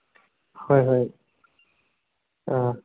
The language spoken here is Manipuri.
ꯍꯣꯏ ꯍꯣꯏ ꯑꯥ